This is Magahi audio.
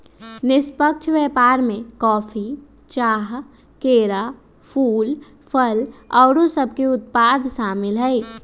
निष्पक्ष व्यापार में कॉफी, चाह, केरा, फूल, फल आउरो सभके उत्पाद सामिल हइ